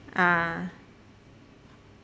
uh